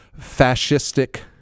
fascistic